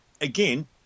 again